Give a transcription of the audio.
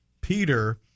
Peter